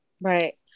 right